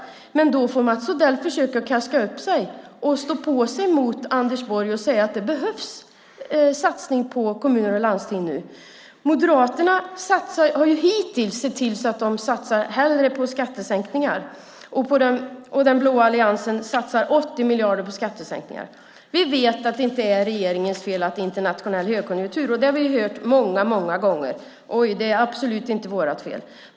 Men då får Mats Odell försöka att gaska upp sig och stå på sig mot Anders Borg och säga att det behövs satsning på kommuner och landsting nu. Moderaterna har ju hittills sett till att de hellre satsar på skattesänkningar. Den blå alliansen satsar 80 miljarder på skattesänkningar. Vi vet att det inte är regeringens fel att det är en internationell lågkonjunktur. Det har vi ju hört många gånger: Det är absolut inte vårt fel.